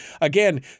again